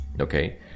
Okay